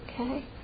Okay